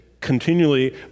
continually